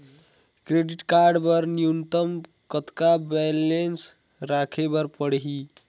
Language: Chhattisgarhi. क्रेडिट कारड बर न्यूनतम कतका बैलेंस राखे बर पड़ही?